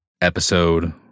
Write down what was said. episode